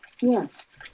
Yes